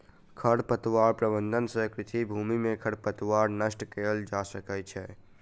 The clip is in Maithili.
खरपतवार प्रबंधन सँ कृषि भूमि में खरपतवार नष्ट कएल जा सकै छै